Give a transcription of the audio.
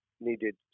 needed